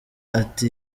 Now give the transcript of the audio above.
ati